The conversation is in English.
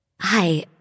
Hi